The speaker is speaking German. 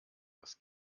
das